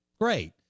great